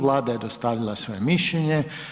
Vlada je dostavila svoje mišljenje.